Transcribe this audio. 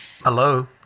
Hello